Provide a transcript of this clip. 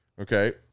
okay